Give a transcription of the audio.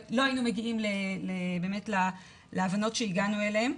ולא היינו מגיעים להבנות שהגענו אליהם.